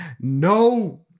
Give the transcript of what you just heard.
No